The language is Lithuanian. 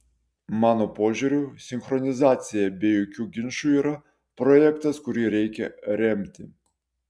mano požiūriu sinchronizacija be jokių ginčų yra projektas kurį reikia remti